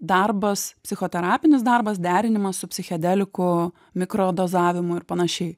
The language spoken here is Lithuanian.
darbas psichoterapinis darbas derinimas su psichedeliku mikrodozavimu ir panašiai